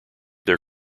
their